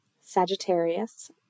Sagittarius